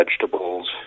vegetables